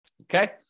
okay